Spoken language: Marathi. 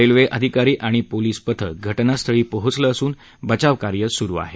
रेल्वे अधिकारी आणि पोलीस पथक घटनास्थळी पोहोचलं असून बचावकार्य सुरू आहे